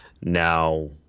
Now